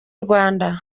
rwanda